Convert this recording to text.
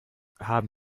haben